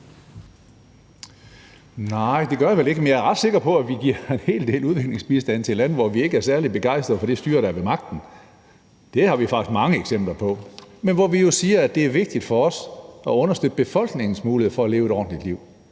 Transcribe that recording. Nej, det gør jeg vel ikke, men jeg er ret sikker på, at vi giver en hel del udviklingsbistand til lande, hvor vi ikke er særlig begejstrede for det styre, der er ved magten – det har vi faktisk mange eksempler på – men hvor vi jo siger, at det er vigtigt for os at understøtte befolkningens mulighed for at leve et ordentligt liv;